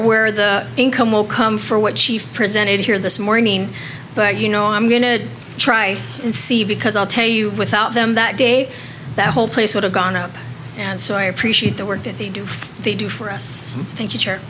where the income will come for what she presented here this morning but you know i'm going to try and see because i'll tell you without them that day that whole place would have gone out and so i appreciate the work that they do they do for us thank